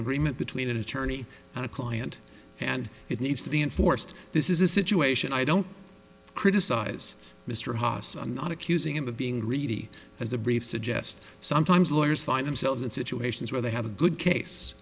agreement between an attorney and a client and it needs to be enforced this is a situation i don't criticize mr haas i'm not accusing him of being greedy as the briefs suggest sometimes lawyers find themselves in situations where they have a good case